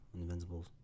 Invincibles